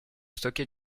stocker